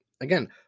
Again